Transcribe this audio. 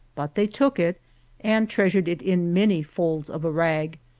but they took it and treasured it in many folds of a rag,